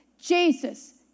Jesus